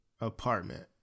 apartment